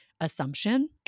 assumption